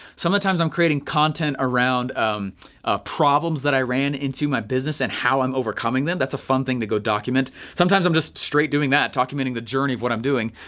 some of the times i'm creating content around um ah problems that i ran into my business and how i'm overcoming them, that's a fun thing to go document. sometimes i'm just straight doing that, documenting the journey of what i'm doing.